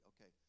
Okay